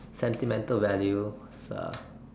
sentimental value is a